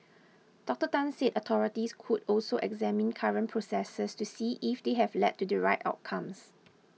Doctor Tan said authorities could also examine current processes to see if they have led to the right outcomes